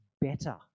better